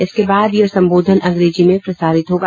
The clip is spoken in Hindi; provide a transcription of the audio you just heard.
इसके बाद यह संबोधन अंग्रेजी में प्रसारित होगा